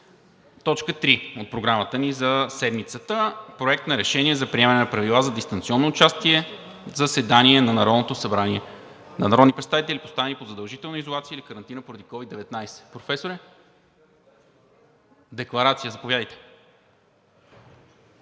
точка от Програмата ни за седмицата, а именно Проект на решение за приемане на Правила за дистанционно участие в заседанията на Народното събрание на народни представители, поставени под задължителна изолация или карантина поради COVID-19. Предлагам да довършим